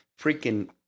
freaking